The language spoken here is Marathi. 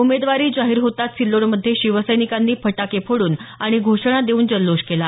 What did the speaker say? उमेदवारी जाहीर होताच सिल्लोडमध्ये शिवसैनिकांनी फटाके फोड्रन आणि घोषणा देऊन जल्लोष केला